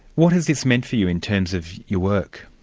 what has this meant for you, in terms of your work?